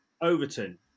Overton